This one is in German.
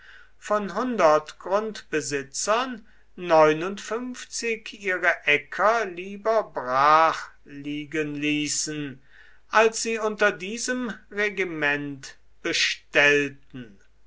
von hundert grundbesitzern ihre äcker lieber brach liegen ließen als sie unter diesem regiment bestellten